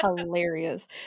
hilarious